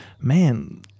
man